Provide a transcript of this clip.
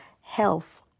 health